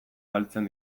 galtzen